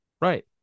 right